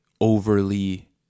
overly